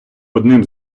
одним